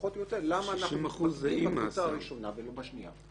למה אנחנו בקבוצה הראשונה ולא בשנייה.